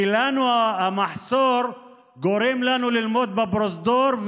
כי המחסור גורם לנו ללמוד בפרוזדור,